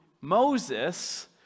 Moses